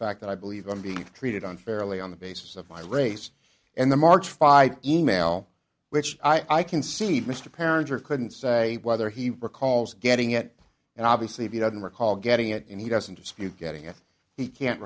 fact that i believe i'm being treated unfairly on the basis of my race and the march by email which i can see mr parent or couldn't say whether he recalls getting it and obviously he doesn't recall getting it and he doesn't dispute getting it he can't